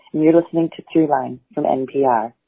you're listening to throughline from npr.